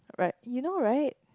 right you know right